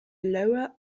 lower